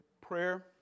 Prayer